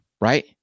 right